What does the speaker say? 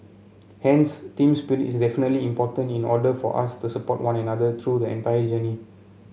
hence team spirit is definitely important in order for us to support one another through the entire journey